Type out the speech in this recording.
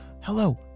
hello